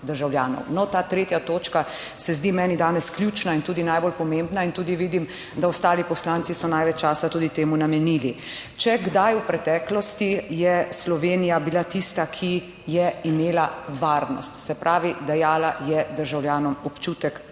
No, ta tretja točka se zdi meni danes ključna in tudi najbolj pomembna in tudi vidim, da ostali poslanci so največ časa tudi temu namenili. Če kdaj, v preteklosti je Slovenija bila tista, ki je imela varnost, se pravi, dajala je **65. TRAK: (SC)